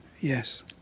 Yes